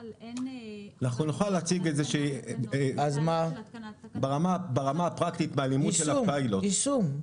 נוכל להציג ברמה הפרקטית --- יישום.